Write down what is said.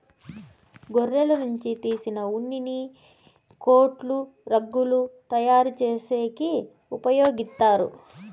గొర్రెల నుంచి తీసిన ఉన్నిని కోట్లు, రగ్గులు తయారు చేసేకి ఉపయోగిత్తారు